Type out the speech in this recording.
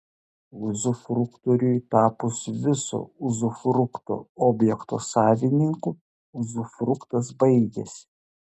uzufruktoriui tapus viso uzufrukto objekto savininku uzufruktas baigiasi